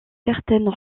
certaines